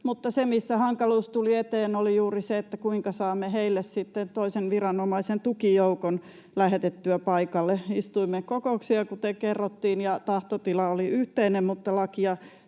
Mutta se, missä hankaluus tuli eteen, oli juuri se, kuinka saamme heille sitten toisen viranomaisen tukijoukon lähetettyä paikalle. Istuimme kokouksia, kuten kerrottiin, ja tahtotila oli yhteinen, mutta lakia